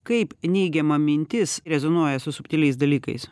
kaip neigiama mintis rezonuoja su subtiliais dalykais